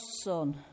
son